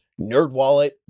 NerdWallet